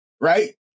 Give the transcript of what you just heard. Right